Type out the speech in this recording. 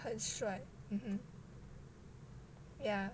很帅 mmhmm yeah